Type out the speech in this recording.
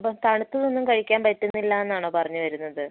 അപ്പം തണുത്തതൊന്നും കഴിക്കാൻ പറ്റുന്നില്ലാന്നാണോ പറഞ്ഞ് വരുന്നത്